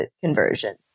conversion